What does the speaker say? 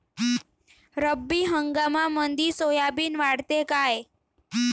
रब्बी हंगामामंदी सोयाबीन वाढते काय?